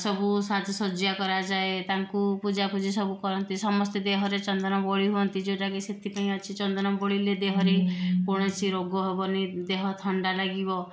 ସବୁ ସାଜସଜ୍ଜା କରାଯାଏ ତାଙ୍କୁ ପୂଜାପୂଜି ସବୁ କରନ୍ତି ସମସ୍ତେ ଦେହରେ ଚନ୍ଦନ ବୋଳି ହୁଅନ୍ତି ଯେଉଁଟାକି ସେଥିପାଇଁ ଅଛି ଚନ୍ଦନ ବୋଳିଲେ ଦେହରେ କୌଣସି ରୋଗ ହେବନି ଦେହ ଥଣ୍ଡା ଲାଗିବ